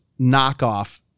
knockoff